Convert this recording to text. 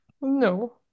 no